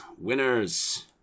winners